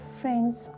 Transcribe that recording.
friends